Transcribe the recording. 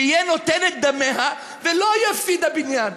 שיהיה נותן את דמיה ולא יפסיד הבניין.